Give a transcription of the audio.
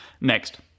Next